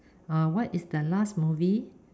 uh what is the last movie